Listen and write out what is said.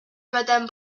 madame